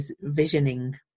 visioning